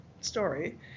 story